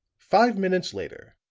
five minutes later,